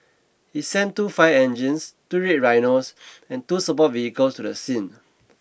it sent two fire engines two red rhinos and two support vehicles to the scene